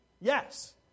Yes